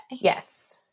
Yes